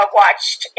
watched